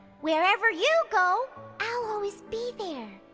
wherever you go i'll always be there.